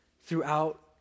throughout